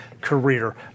career